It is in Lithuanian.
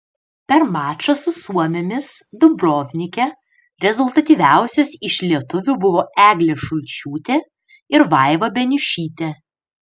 per mačą su suomėmis dubrovnike rezultatyviausios iš lietuvių buvo eglė šulčiūtė ir vaiva beniušytė